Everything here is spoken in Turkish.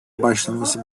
başlaması